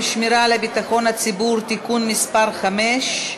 שמירה על ביטחון הציבור (תיקון מס' 5)